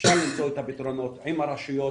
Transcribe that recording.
אפשר למצוא את הפתרונות עם הרשויות,